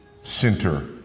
center